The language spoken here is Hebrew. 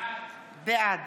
בעד